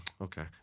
okay